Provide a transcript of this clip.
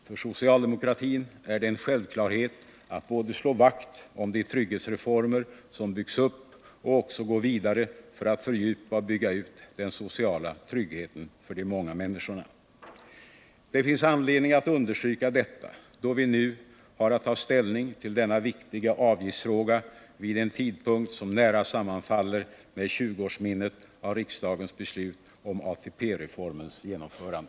För socialdemokratin är det en självklarhet att både slå vakt om de trygghetsreformer som byggts upp och också gå vidare för att fördjupa och bygga ut den sociala tryggheten för de många människorna. Det finns anledning att understryka detta då vi nu har att ta ställning till denna viktiga avgiftsfråga vid en tidpunkt som nära sammanfaller med 20-årsminnet av riksdagens beslut om ATP-reformens genomförande.